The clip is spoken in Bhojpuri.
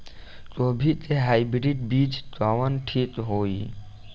गोभी के हाईब्रिड बीज कवन ठीक होई?